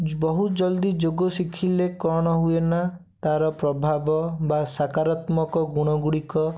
ବହୁତ ଜଲଦି ଯୋଗ ଶିଖିଲେ କ'ଣ ହୁଏ ନା ତାର ପ୍ରଭାବ ବା ସାକାରତ୍ମକ ଗୁଣଗୁଡ଼ିକ